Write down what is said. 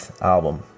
album